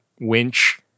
winch